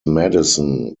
madison